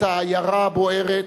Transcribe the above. את העיירה הבוערת,